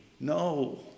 No